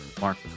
Mark